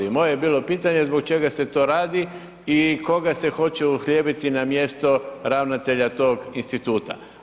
I moje je bilo pitanje zbog čega se to radi i koga se hoće uhljebiti na mjesto ravnatelja tog instituta.